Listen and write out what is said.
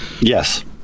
Yes